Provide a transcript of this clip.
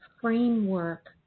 framework